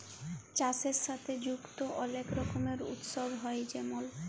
চাষের সাথে যুক্ত অলেক রকমের উৎসব হ্যয়ে যেমল